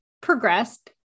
progressed